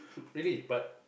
really but